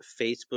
Facebook